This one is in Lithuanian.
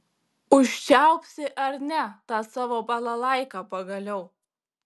užčiaupsi ar ne tą savo balalaiką pagaliau